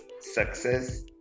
success